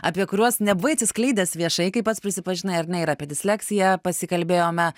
apie kuriuos nebuvai atsiskleidęs viešai kaip pats prisipažinai ar ne ir apie disleksiją pasikalbėjome